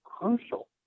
crucial